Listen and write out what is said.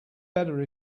better